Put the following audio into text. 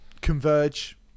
Converge